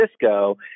Cisco –